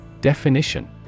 Definition